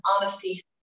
honesty